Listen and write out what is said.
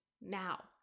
now